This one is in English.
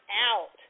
out